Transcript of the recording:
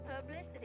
publicity